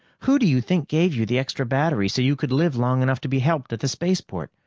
who do you think gave you the extra battery so you could live long enough to be helped at the spaceport?